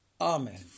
Amen